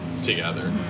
together